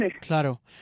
claro